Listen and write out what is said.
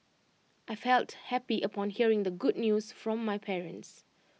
I felt happy upon hearing the good news from my parents